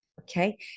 okay